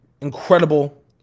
incredible